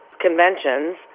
conventions